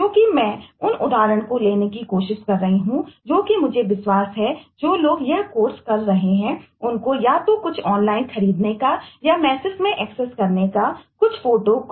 क्योंकि मैं उन उदाहरण को लेने की कोशिश कर रहा हूं जो कि मुझे विश्वास है जो लोग यह कोर्स कर रहे हैं उनको या तो कुछ ऑनलाइन बनाते हैं